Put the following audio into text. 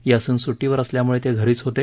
यासीन सुट्टीवर असल्यामुळे ते घरीच होते